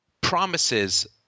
promises